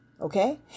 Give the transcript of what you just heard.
Okay